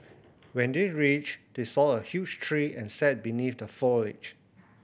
when they reached they saw a huge tree and sat beneath the foliage